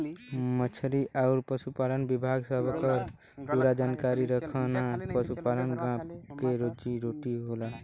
मछरी आउर पसुपालन विभाग सबकर पूरा जानकारी रखना पसुपालन गाँव क रोजी रोटी होला